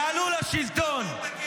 יעלו לשלטון.